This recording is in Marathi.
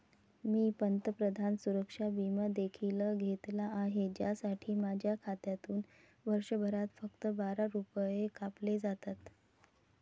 मी पंतप्रधान सुरक्षा विमा देखील घेतला आहे, ज्यासाठी माझ्या खात्यातून वर्षभरात फक्त बारा रुपये कापले जातात